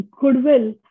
goodwill